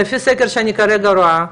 לפי סקר שאני כרגע רואה,